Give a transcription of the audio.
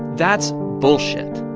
that's bullshit.